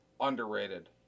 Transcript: Underrated